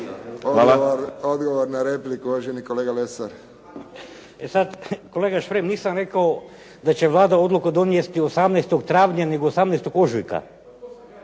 **Lesar, Dragutin (Nezavisni)** E sad, kolega Šprem, nisam rekao da će Vlada odluku donijeti 18. travnja nego 18. ožujka